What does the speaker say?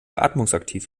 atmungsaktiv